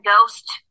ghost